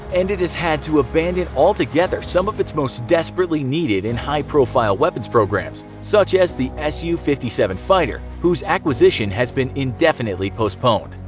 and it has had to abandon altogether some of its most desperately needed and high profile weapons programs such as the su fifty seven fighter, who's acquisition has been indefinitely postponed.